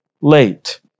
late